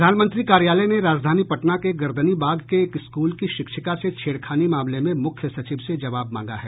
प्रधानमंत्री कार्यालय ने राजधानी पटना के गर्दनीबाग के एक स्कूल की शिक्षिका से छेड़खानी मामले में मूख्य सचिव से जवाब मांगा है